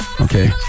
okay